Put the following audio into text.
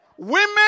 Women